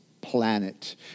planet